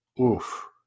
Oof